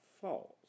false